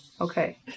Okay